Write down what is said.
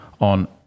On